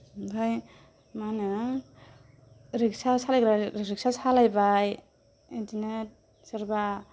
ओमफाय मा होनो रिक्सा सालायग्रा रिक्सा सालायबाय बिदिनो सोरबा